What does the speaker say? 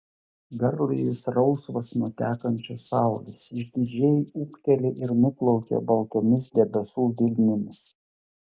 garlaivis rausvas nuo tekančios saulės išdidžiai ūkteli ir nuplaukia baltomis debesų vilnimis